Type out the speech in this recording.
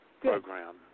program